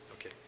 Okay